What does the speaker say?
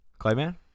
clayman